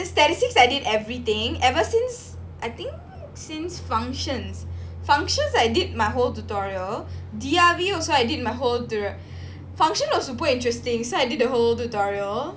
statistics I did everything ever since I think since functions functions I did my whole tutorial D_R_V also I did my whole the function was super interesting so I did the whole tutorial